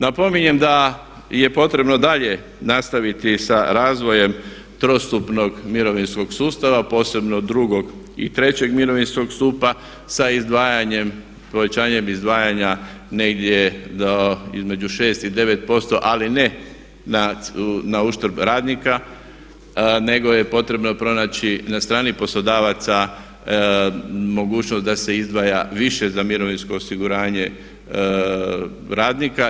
Napominjem da je potrebno dalje nastaviti sa razvojem trostupnog mirovinskog sustava posebno drugog i trećeg mirovinskog stupa sa povećanjem izdvajanja negdje do između 6 i 9% ali ne na uštrb radnika nego je potrebno pronaći na strani poslodavaca mogućnost da se izdvaja više za mirovinsko osiguranje radnika.